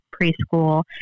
preschool